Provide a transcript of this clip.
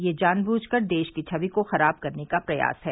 यह जान बूझकर देश की छवि को खराब करने का प्रयास है